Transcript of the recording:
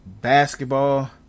basketball